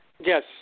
Yes